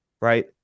right